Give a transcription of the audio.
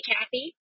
Kathy